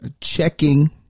checking